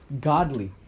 godly